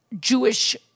Jewish